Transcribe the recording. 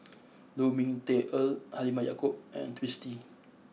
Lu Ming Teh Earl Halimah Yacob and Twisstii